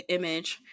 image